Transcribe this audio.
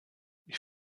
ich